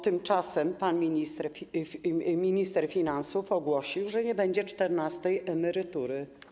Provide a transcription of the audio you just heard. Tymczasem pan minister finansów ogłosił, że nie będzie czternastej emerytury.